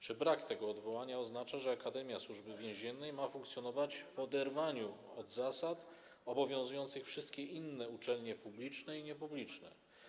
Czy brak tego odwołania oznacza, że akademia Służby Więziennej ma funkcjonować w oderwaniu od zasad obowiązujących wszystkie inne uczelnie publiczne i niepubliczne?